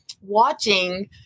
watching